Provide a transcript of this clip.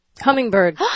Hummingbird